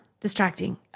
distracting